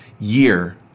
Year